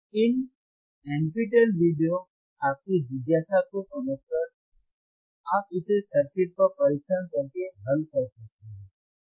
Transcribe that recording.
इन NPTEL video आपकी जिज्ञासा को समझकर आप इसे सर्किट पर परीक्षण करके हल कर सकते हैं